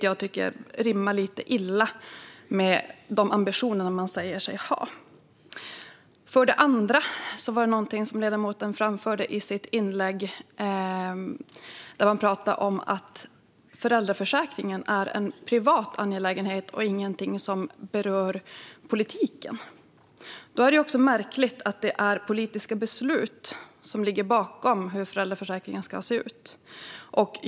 Jag tycker att detta rimmar lite illa med de ambitioner man säger sig ha. För det andra talade ledamoten i sitt anförande om att föräldraförsäkringen är en privat angelägenhet och ingenting som berör politiken. Då är det märkligt att det är politiska beslut som ligger bakom hur föräldraförsäkringen ska se ut.